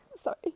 Sorry